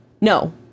no